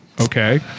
okay